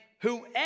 whoever